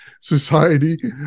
Society